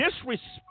disrespect